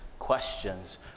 Questions